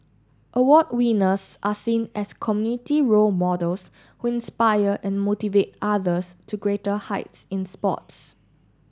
award winners are seen as committee role models who inspire and motivate others to greater heights in sports